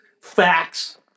facts